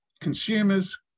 consumers